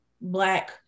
black